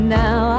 now